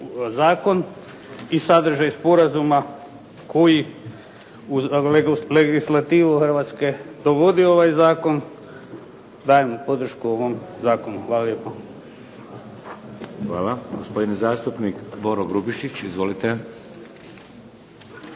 i sadržaj sporazuma koji uz legislativu Hrvatske provodi ovaj zakon, dajem podršku ovom zakonu. Hvala lijepo. **Šeks, Vladimir (HDZ)** Hvala. Gospodin zastupnik Boro Grubišić. Izvolite.